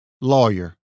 lawyer